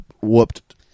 whooped